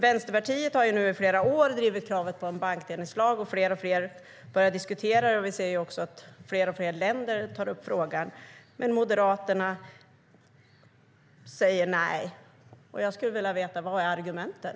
Vänsterpartiet har i flera år drivit kravet på en bankdelningslag, och fler och fler börjar diskutera det. Vi ser också att fler och fler länder tar upp frågan. Moderaterna säger dock nej. Jag skulle vilja veta: Vad är argumenten?